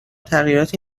تغییراتی